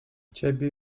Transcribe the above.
ciebie